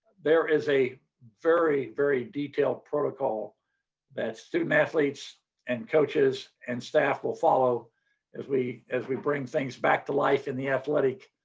there is a very, very detailed protocol that student athletes and coaches and staff will follow as we as we bring things back to life in the athletic